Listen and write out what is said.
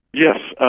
yes.